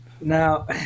Now